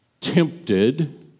tempted